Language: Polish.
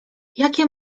jakie